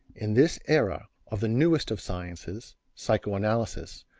in this era of the newest of sciences, psychoanalysis,